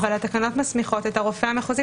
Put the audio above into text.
אבל התקנות מסמיכות את הרופא המחוזי,